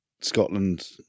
Scotland